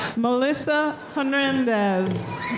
melissa hernandez.